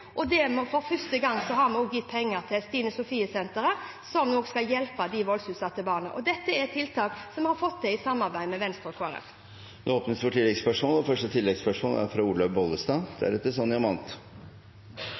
og for første gang har vi gitt penger til Stine Sofies Stiftelse, som skal hjelpe de voldsutsatte barna. Dette er tiltak som vi har fått til i samarbeid med Venstre og Kristelig Folkeparti. Det åpnes for oppfølgingsspørsmål – først Olaug V. Bollestad. Vi snakker om det